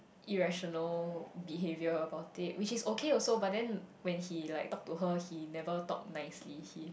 irrational behaviour about it which is okay also but then when he like talk to her he never talk nicely he